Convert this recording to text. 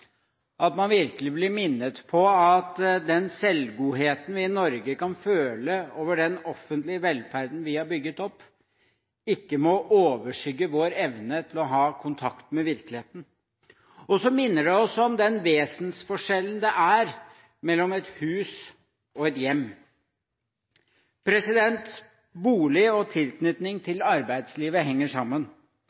at man virkelig blir minnet på at den selvgodheten vi i Norge kan føle over den offentlige velferden vi har bygd opp, ikke må overskygge vår evne til å ha kontakt med virkeligheten. Og så minner det oss om den vesensforskjellen det er mellom et hus og et hjem. Bolig og tilknytning til arbeidslivet henger sammen.